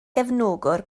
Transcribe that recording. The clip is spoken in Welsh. gefnogwr